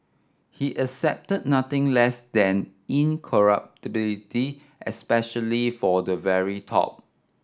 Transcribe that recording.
he accepted nothing less than incorruptibility especially for the very top